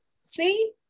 see